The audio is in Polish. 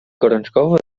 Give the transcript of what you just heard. gorączkowo